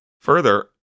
Further